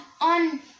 On